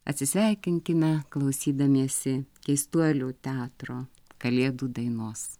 atsisveikinkime klausydamiesi keistuolių teatro kalėdų dainos